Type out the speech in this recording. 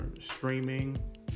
streaming